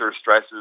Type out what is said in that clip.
stresses